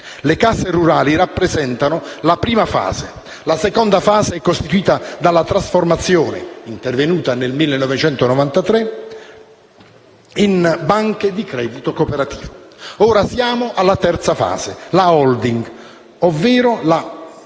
Le casse rurali rappresentano la prima fase; la seconda è costituita dalle trasformazione intervenuta nel 1993 in banche di credito cooperativo. Ora siamo alla terza fase, quella della *holding*, ovvero la